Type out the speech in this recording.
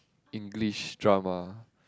English drama